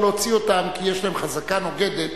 להוציא אותם כי יש להם חזקה נוגדת,